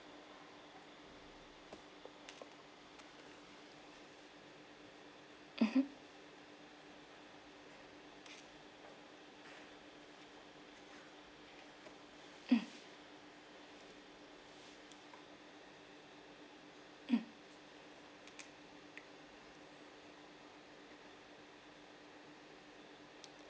mmhmm mm mm